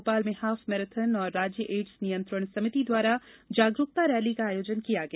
भोपाल में half marathon और राज्य एड्स नियंत्रण समिति द्वारा जागरूकता रैली का आयोजन किया गया